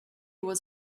was